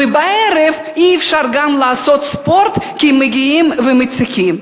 ובערב גם אי-אפשר לעשות ספורט כי מגיעים ומציקים.